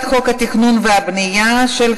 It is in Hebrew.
התכנון והבנייה (תיקון,